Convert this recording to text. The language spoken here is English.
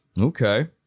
okay